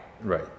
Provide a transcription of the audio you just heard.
Right